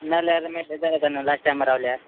नाल्यार मागीर बेजार येता न्हू लास्ट टायमा रावल्यार